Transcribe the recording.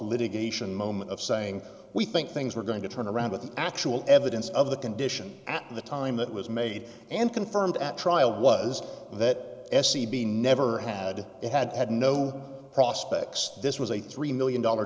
litigation moment of saying we think things were going to turn around but the actual evidence of the condition at the time that was made and confirmed at trial was that s c b never had they had no prospects this was a three million dollar